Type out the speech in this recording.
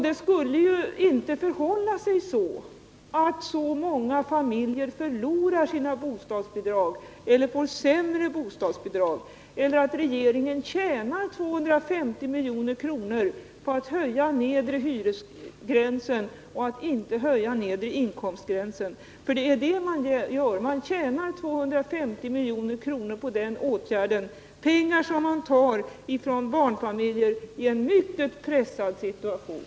Det borde verkligen inte förhålla sig så att många familjer förlorar sina bostadsbidrag eller får sämre bostadsbidrag eller så att regeringen tjänar 250 milj.kr. på att höja den nedre hyresgränsen och inte höja den nedre inkomstgränsen. — För det är det man gör: man tjänar 250 milj.kr. på de åtgärderna; pengar som man tar från barnfamiljer och pensionärer i en mycket pressad situation.